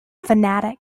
fanatic